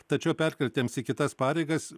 tačiau perkeltiems į kitas pareigas